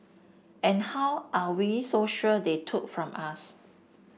and how are we so sure they took from us